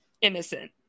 innocent